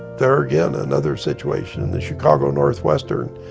there again, another situation, the chicago northwestern,